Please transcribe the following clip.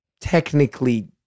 technically